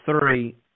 three